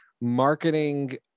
marketing